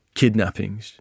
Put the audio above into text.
kidnappings